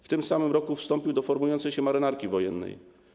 W tym samym roku wstąpił do formującej się Marynarki Wojennej.